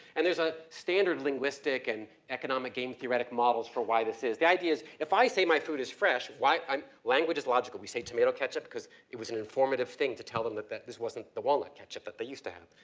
and there's a standard linguistic and economic game theoretic models for why this is. the idea is, if i say my food is fresh, why, and um language is logical. we say tomato ketchup because it was an informative thing to tell them that that this wasn't the walnut ketchup that they used to have.